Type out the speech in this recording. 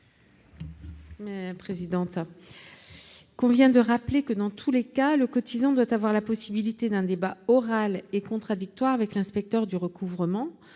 Mme Pascale Gruny. Il convient de rappeler que, dans tous les cas, le cotisant doit avoir la possibilité d'un débat oral et contradictoire avec l'inspecteur du recouvrement